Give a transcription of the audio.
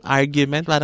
argument